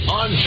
on